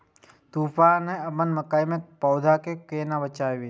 तुफान है अपन मकई के पौधा के केना बचायब?